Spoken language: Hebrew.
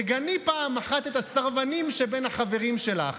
תגני פעם אחת את הסרבנים שבין החברים שלך.